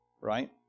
right